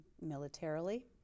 militarily